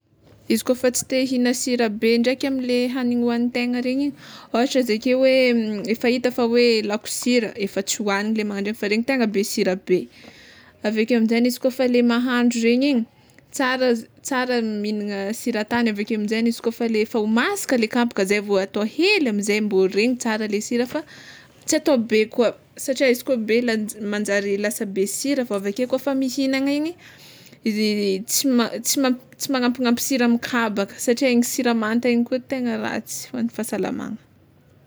Izy kôfa tsy te ihigna sira be ndraiky amle hagniny hoagnintegna regny ôhatra izy akeo hoe efa hita fa hoe lako sira efa tsy hoagniny le magnandregny fa regny tegna be sira be, aveke aminjegny, izy kôfa le mahandro regny igny, tsara tsara mihignagna sira tany aveke aminjegny izy kôfa le efa ho masaka le kabaka zay vao atao hely amizay mbo regny tsara le sira fa tsy atao be koa, satria izy koa be la- manjary lasa be sira fô avake fa mihigna igny izy tsy ma- tsy ma- magnampignampy sira amy kabaka satria igny sira manta igny koa tegna ratsy hoan'ny fahasalamagna.